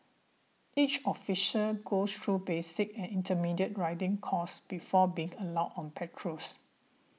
each officer goes through basic and intermediate riding courses before being allowed on patrols